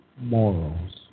morals